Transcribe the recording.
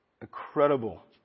Incredible